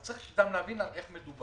אז צריך גם להבין על מה מדובר.